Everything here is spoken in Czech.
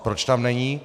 Proč tam není?